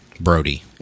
Brody